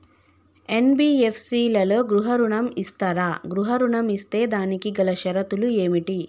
NBFC లలో గృహ ఋణం ఇస్తరా? గృహ ఋణం ఇస్తే దానికి గల షరతులు ఏమిటి?